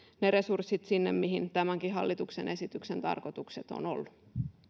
ne resurssit sinne mihin tämänkin hallituksen esityksen tarkoitus on ollut